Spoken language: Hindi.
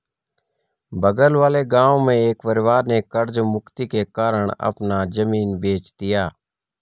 बगल वाले गांव में एक परिवार ने कर्ज मुक्ति के कारण अपना जमीन बेंच दिया